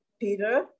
Peter